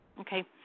Okay